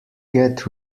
get